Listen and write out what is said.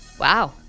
Wow